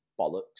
bollocks